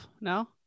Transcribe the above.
now